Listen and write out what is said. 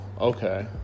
okay